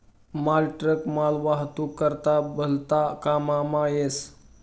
मालट्रक मालवाहतूक करता भलता काममा येस